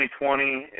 2020